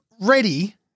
ready